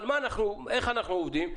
אבל איך אנחנו עובדים?